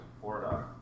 Florida